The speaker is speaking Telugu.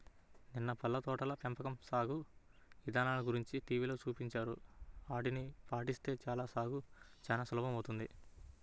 నిన్న పళ్ళ తోటల పెంపకం సాగు ఇదానల గురించి టీవీలో చూపించారు, ఆటిని పాటిస్తే చాలు సాగు చానా సులభమౌతది